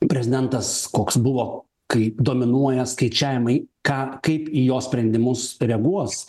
prezidentas koks buvo kai dominuoja skaičiavimai ką kaip į jo sprendimus reaguos